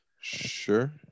Sure